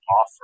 offer